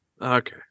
Okay